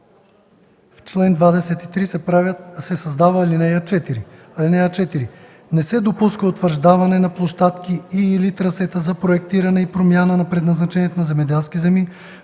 в чл. 23 се създава ал. 4: „(4) Не се допуска утвърждаване на площадки и/или трасета за проектиране и промяна на предназначението на земеделски земи